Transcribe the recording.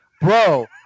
Bro